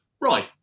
right